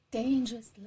dangerous